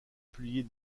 publier